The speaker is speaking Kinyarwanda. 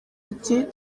ati